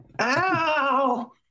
Ow